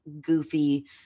goofy